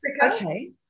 Okay